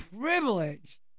privileged